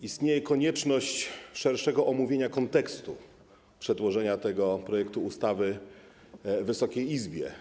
Istnieje konieczność szerszego omówienia kontekstu przedłożenia tego projektu ustawy Wysokiej Izbie.